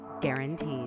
guaranteed